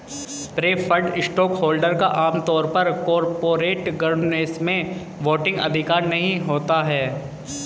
preferred stockholder का आम तौर पर कॉरपोरेट गवर्नेंस में वोटिंग अधिकार नहीं होता है